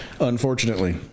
unfortunately